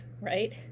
right